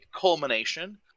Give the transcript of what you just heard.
culmination